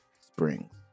springs